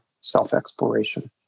self-exploration